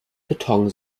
beton